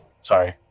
Sorry